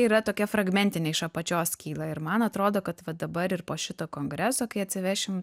yra tokia fragmentinė iš apačios kyla ir man atrodo kad va dabar ir po šito kongreso kai atsivešim